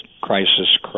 crisis